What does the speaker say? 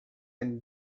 and